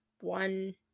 one